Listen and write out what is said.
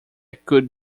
could